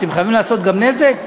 אתם חייבים לעשות גם נזק?